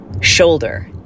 shoulder